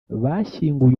bashyinguye